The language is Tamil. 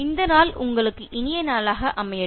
இந்த நாள் உங்களுக்கு இனிய நாளாக அமையட்டும்